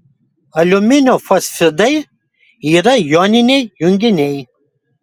aliuminio fosfidai yra joniniai junginiai